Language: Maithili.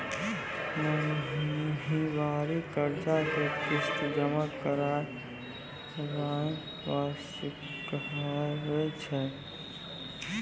महिनबारी कर्जा के किस्त जमा करनाय वार्षिकी कहाबै छै